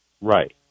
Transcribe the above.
Right